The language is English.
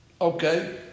Okay